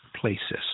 places